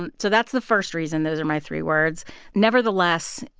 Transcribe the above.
um so that's the first reason those are my three words nevertheless,